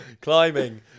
Climbing